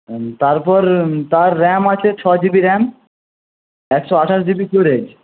হুম তারপর তার র্যাম আছে ছ জিবি র্যাম একশো আঠাশ জিবি স্টোরেজ